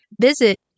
Visit